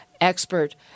expert